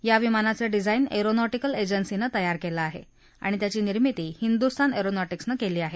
या विमानाचं design aeronautical एजन्सीन तयार केलं आहे आणि त्याची निर्मिती हिंदुस्तान एअरॅनॉटीक्सनं केली आहे